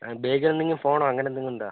ബാഗിലെന്തെങ്കിലും ഫോണോ അങ്ങനെയെന്തെങ്കിലും ഉണ്ടോ